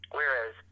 Whereas